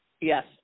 Yes